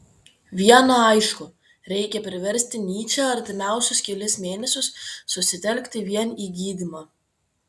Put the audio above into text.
viena aišku reikia priversti nyčę artimiausius kelis mėnesius susitelkti vien į gydymą